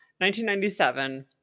1997